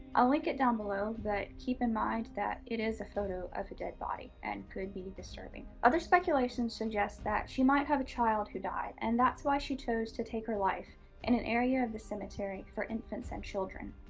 i'll link it down below, but keep in mind that it is a photo of a dead body and may be disturbing. other speculation suggests that she might have a child who died, and that's why she chose to take her life in an area of the cemetery for infants and children.